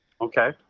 Okay